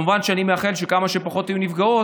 כמובן שאני מאחל שיהיו כמה שפחות נפגעות,